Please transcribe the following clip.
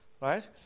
right